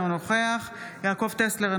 אינו נוכח יעקב טסלר,